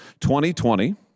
2020